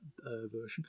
version